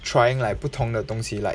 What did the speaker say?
trying like 不同的东西 like